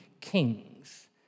kings